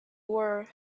were